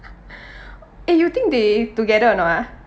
eh you think they together or not ah